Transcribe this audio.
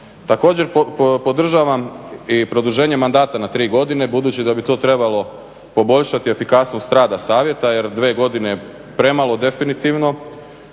Također, podržavam i produženje mandata na tri godine budući da bi to trebalo poboljšati efikasnost rada savjeta jer dvije godine je premalo definitivno,